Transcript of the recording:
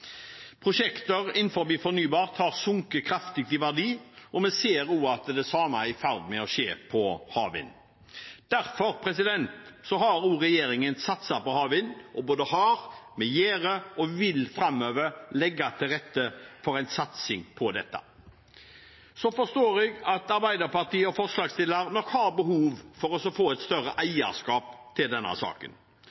Prosjekter innen fornybar energi har sunket kraftig i verdi, og vi ser at det samme er i ferd med å skje på havvind. Derfor har også regjeringen satset på havvind. Vi har både satset, vi satser, og vi vil framover legge til rette for en satsing på dette. Så forstår jeg at Arbeiderpartiet og forslagsstillerne har behov for å få et større